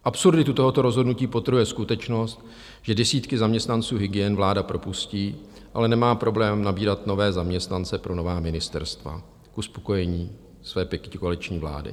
Absurditu tohoto rozhodnutí podtrhuje skutečnost, že desítky zaměstnanců hygien vláda propustí, ale nemá problém nabírat nové zaměstnance pro nová ministerstva k uspokojení své pětikoaliční vlády.